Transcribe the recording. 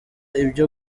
ibyo